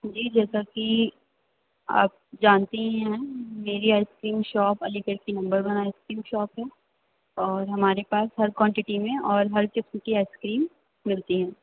جی جیسا کہ آپ جانتی ہی ہیں میری ice cream shop Aligarh کی number one ice cream shop ہے اور ہمارے پاس ہر کوانٹٹی میں اور ہر قسم کی آئس کریم ملتی ہیں